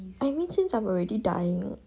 I mean since I'm already dying